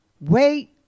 Wait